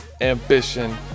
ambition